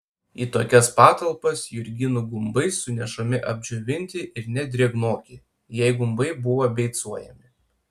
į tokias patalpas jurginų gumbai sunešami apdžiovinti ir net drėgnoki jei gumbai buvo beicuojami